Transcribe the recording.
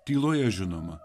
tyloje žinoma